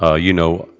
ah you know,